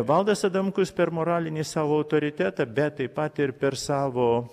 valdas adamkus per moralinį savo autoritetą bet taip pat ir per savo